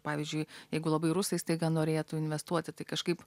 pavyzdžiui jeigu labai rusai staiga norėtų investuoti tai kažkaip